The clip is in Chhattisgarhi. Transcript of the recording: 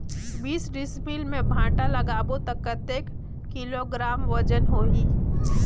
बीस डिसमिल मे भांटा लगाबो ता कतेक किलोग्राम वजन होही?